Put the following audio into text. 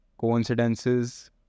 coincidences